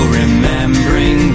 remembering